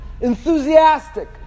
enthusiastic